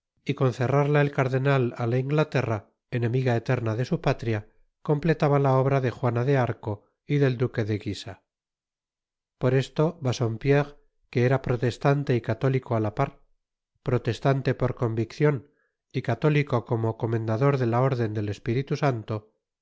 y con cerrarla el cardenal á la inglaterra enemiga eterna de su patria completaba la obra de juana de are y del duque de guisa por esto bassompierre que era protestante y católico á la par protestante por conviccion y católico como comendador de la órden del espiritu santo